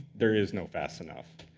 there is no fast enough.